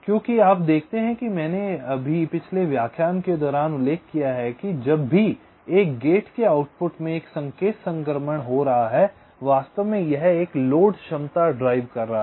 क्योंकि आप देखते हैं कि मैंने अभी पिछले व्याख्यान के दौरान उल्लेख किया है जब भी एक गेट के आउटपुट में एक संकेत संक्रमण हो रहा है वास्तव में यह एक लोड क्षमता ड्राइव कर रहा है